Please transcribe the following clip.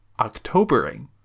Octobering